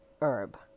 herb